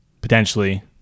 potentially